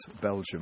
Belgium